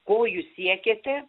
ko jūs siekiate